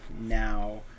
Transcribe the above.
now